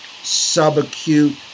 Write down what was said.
subacute